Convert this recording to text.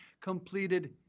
completed